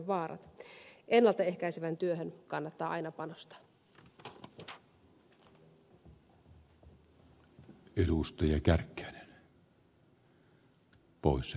ennalta ehkäisevään työhön kannattaa aina panostaa